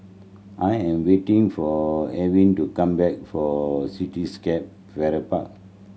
I am waiting for Evan to come back for Cityscape Farrer Park